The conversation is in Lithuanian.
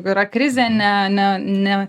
jeigu yra krizė ne ne ne